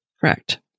Correct